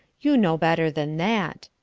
you know better than that.